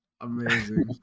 Amazing